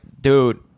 dude